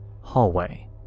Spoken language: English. hallway